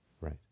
Right